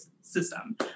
system